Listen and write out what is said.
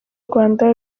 rwanda